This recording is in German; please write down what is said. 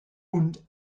und